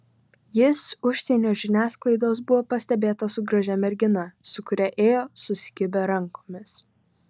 jis užsienio žiniasklaidos buvo pastebėtas su gražia mergina su kuria ėjo susikibę rankomis